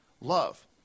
love